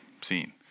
seen